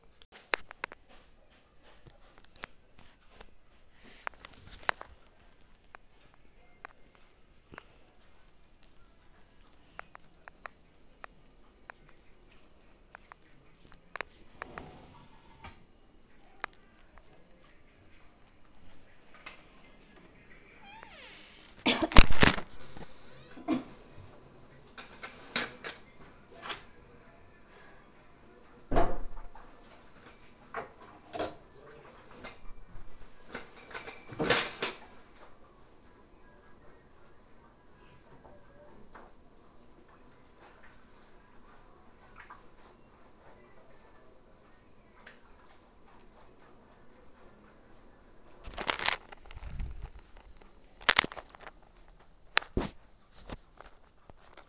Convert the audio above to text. share बाजारात गुंतवणूक banking सेवेची सर्वाधिक गरज असते